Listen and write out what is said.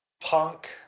Punk